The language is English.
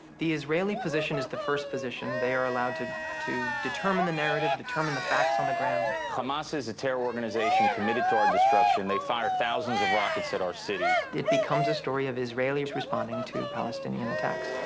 the israeli position is the first position. they are allowed to to determine the narrative, determine the facts on the ground. hamas is a terror organization committed to our destruction. they fire thousands of rockets at our cities. it becomes a story of israelis responding to palestinian attacks.